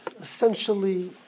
essentially